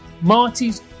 Marty's